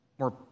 more